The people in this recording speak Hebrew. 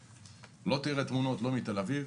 לא תראה תמונות לא מתל אביב,